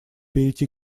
перейти